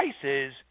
prices